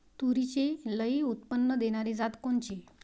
तूरीची लई उत्पन्न देणारी जात कोनची?